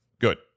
Good